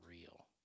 real